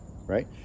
right